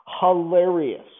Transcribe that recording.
hilarious